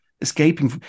escaping